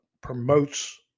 promotes